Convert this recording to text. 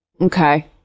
Okay